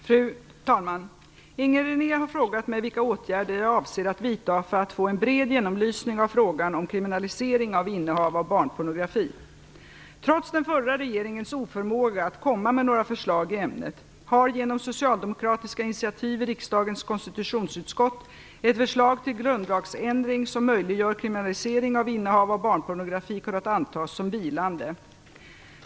Fru talman! Inger René har frågat mig vilka åtgärder jag avser att vidta för att få en bred genomlysning av frågan om kriminalisering av innehav av barnpornografi. Trots den förra regeringens oförmåga att komma med förslag i ämnet har - genom socialdemokratiska initiativ i riksdagens konstitutionsutskott - ett förslag till grundlagsändring som möjliggör kriminalisering av innehav av barnpornografi kunnat antas som vilande.